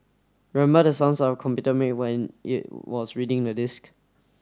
remember the sounds our computer make when it was reading the disc